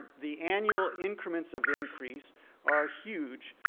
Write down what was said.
the annual increments of increase are huge.